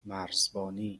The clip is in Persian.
مرزبانی